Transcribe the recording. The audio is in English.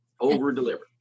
over-deliver